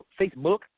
Facebook